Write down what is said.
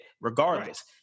regardless